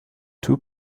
two